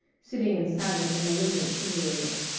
sitting in silent and malignant symbolism.